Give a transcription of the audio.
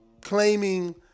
claiming